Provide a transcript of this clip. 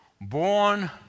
born